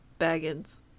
Baggins